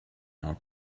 our